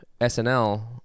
SNL